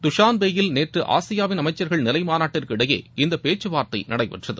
துஷான்பேயில் நேற்று ஆசியாவின் அமைச்சர்கள் நிலை மாநாட்டிற்கு இடையே இந்த பேச்சு வார்த்தை நடைபெற்றது